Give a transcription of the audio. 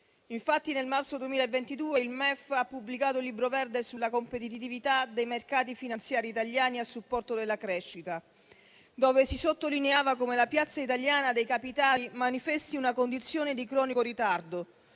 Infatti, nel marzo 2022 il MEF ha pubblicato un libro verde sulla competitività dei mercati finanziari italiani a supporto della crescita, in cui si sottolineava come la piazza italiana dei capitali manifesti una condizione di cronico ritardo